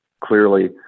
Clearly